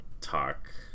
talk